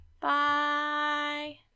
Bye